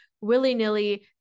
willy-nilly